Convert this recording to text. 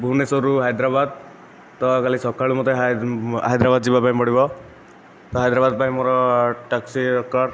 ଭୁବନେଶ୍ୱରରୁ ହାଇଦ୍ରାବାଦ ତ କାଲି ସକାଳୁ ମୋତେ ହାଇଦ୍ରାବାଦ ଯିବା ପାଇଁ ପଡ଼ିବ ତ ହାଇଦ୍ରାବାଦ ପାଇଁ ମୋର ଟ୍ୟାକ୍ସି ଦରକାର